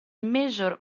major